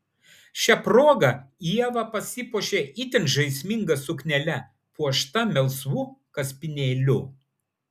šia proga ieva pasipuošė itin žaisminga suknele puošta melsvu kaspinėliu